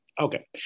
Okay